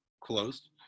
closed